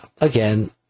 again